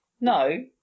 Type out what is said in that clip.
no